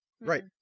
Right